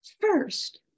First